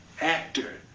actor